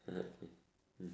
ah okay mmhmm